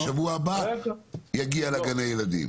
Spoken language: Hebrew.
בשבוע הבא זה יגיע לגני הילדים.